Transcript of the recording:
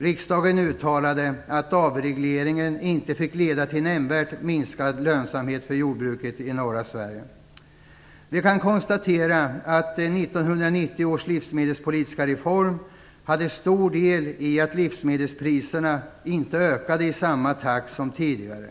Riksdagen uttalade att avregleringen inte fick leda till nämnvärt minskad lönsamhet för jordbruket i norra Sverige. Vi kan konstatera att 1990 års livsmedelspolitiska reform hade stor del i att livsmedelspriserna inte ökade i samma takt som tidigare.